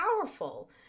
powerful